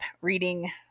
reading